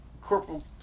Corporal